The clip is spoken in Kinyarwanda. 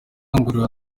ngororero